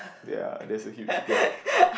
ye there's a huge gap